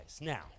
Now